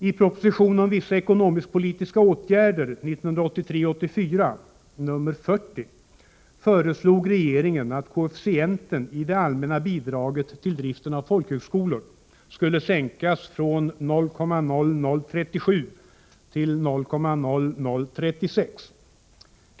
I proposition om vissa ekonomisk-politiska åtgärder 1983/84:40 föreslog regeringen att koefficienten i det allmänna bidraget till driften av folkhögskolor skulle sänkas från 0,0037 till 0,0036.